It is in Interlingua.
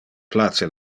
place